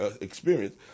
experience